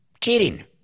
cheating